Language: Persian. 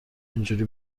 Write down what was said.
اینجوری